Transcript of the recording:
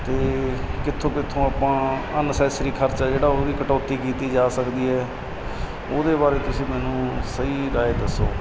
ਅਤੇ ਕਿੱਥੋਂ ਕਿੱਥੋਂ ਆਪਾਂ ਅਨਸੈਸਰੀ ਖਰਚਾ ਜਿਹੜਾ ਉਹ ਵੀ ਕਟੌਤੀ ਕੀਤੀ ਜਾ ਸਕਦੀ ਹੈ ਉਹਦੇ ਬਾਰੇ ਤੁਸੀਂ ਮੈਨੂੰ ਸਹੀ ਰਾਏ ਦੱਸੋ